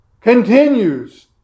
continues